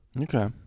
Okay